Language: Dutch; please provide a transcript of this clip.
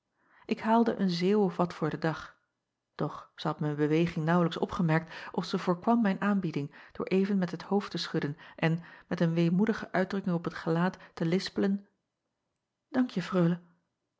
k haalde een zeeuw of wat voor den dag doch zij had mijn beweging naauwlijks opgemerkt of zij voorkwam mijn aanbieding door even met het hoofd te schudden en met een weemoedige uitdrukking op t gelaat te lispelen dank je reule